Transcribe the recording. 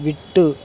விட்டு